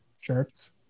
shirts